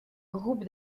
groupe